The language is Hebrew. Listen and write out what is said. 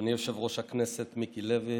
אדוני יושב-ראש הכנסת מיקי לוי